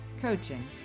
coaching